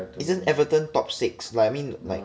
isn't everyone top six like I mean like